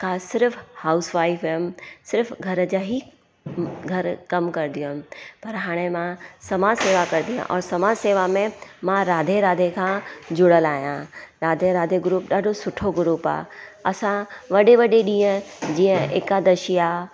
खां सिर्फ़ housewife हुयमि सिर्फ़ घर जा ई घरु कमु कंदी हुयमि पर हाणे मां समाज सेवा कंदी आहियां और समाज सेवा में मां राधे राधे खां जुड़ियल आहियां राधे राधे ग्रुप ॾाढो सुठो ग्रुप आहे असां वॾे वॾे ॾींहं जीअं एकादशी आहे